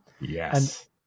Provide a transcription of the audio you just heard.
Yes